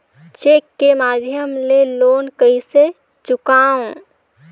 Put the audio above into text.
Cheque के माध्यम ले लोन कइसे चुकांव?